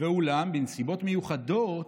ואולם בנסיבות מיוחדות